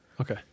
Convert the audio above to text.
Okay